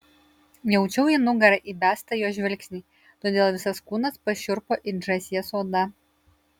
jaučiau į nugarą įbestą jo žvilgsnį todėl visas kūnas pašiurpo it žąsies oda